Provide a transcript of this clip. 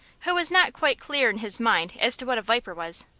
who was not quite clear in his mind as to what a viper was.